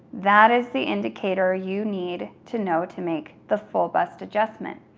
that is the indicator you need to know to make the full bust adjustment.